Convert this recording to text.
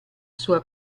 sua